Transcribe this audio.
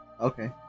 Okay